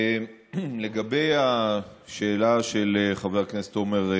טוב, לגבי השאלה של חבר הכנסת עמר בר-לב,